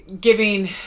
giving